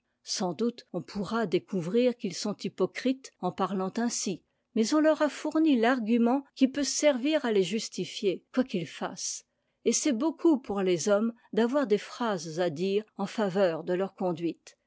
sans doute on pourra découvrir qu'ils sont hypocrites en parlant ainsi mais on leur a fourni l'argument qui peut servir à les justifier quoi qu'ils fassent et c'est beaucoup pour les hommes d'avoir des phrases à dire en faveur de leur conduite